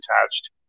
attached